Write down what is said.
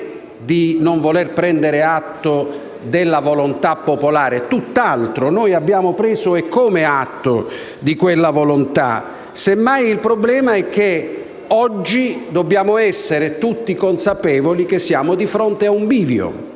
il non voler prendere atto della volontà popolare, tutt'altro. Noi abbiamo preso atto - eccome - di quella volontà; semmai il problema è che oggi dobbiamo essere tutti consapevoli di essere di fronte a un bivio